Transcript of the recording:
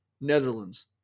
Netherlands